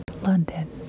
London